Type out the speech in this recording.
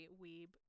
weeb